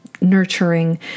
nurturing